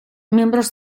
miembros